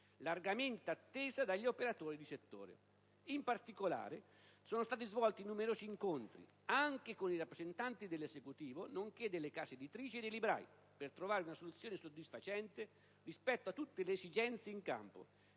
largamente attesa dagli operatori di settore. In particolare, sono stati svolti numerosi incontri, anche con i rappresentanti dell'Esecutivo nonché delle case editrici e dei librai, per trovare una soluzione soddisfacente rispetto a tutte le esigenze in campo,